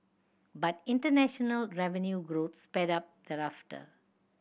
but international revenue growth sped up thereafter